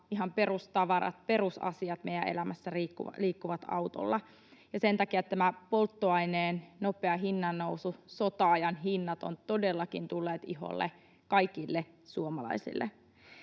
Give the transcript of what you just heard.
perusasiat meidän elämässä liikkuvat autolla. Sen takia tämä polttoaineen nopea hinnannousu, sota-ajan hinnat, ovat todellakin tulleet iholle kaikille suomalaisille.